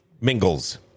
mingles